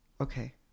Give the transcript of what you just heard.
okay